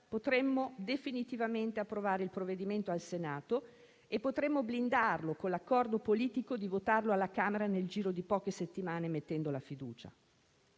potremmo definitivamente approvare il provvedimento al Senato e potremmo blindarlo, con l'accordo politico di votarlo alla Camera nel giro di poche settimane ponendo la fiducia.